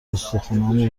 استخونامو